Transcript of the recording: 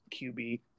QB